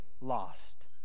lost